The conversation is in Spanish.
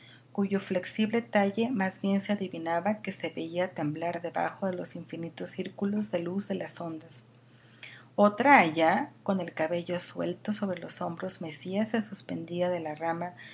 cuyo flexible talle más bien se adivinaba que se veía temblar debajo de los infinitos círculos de luz de las ondas otra allá con el cabello suelto sobre los hombros mecíase suspendida de la rama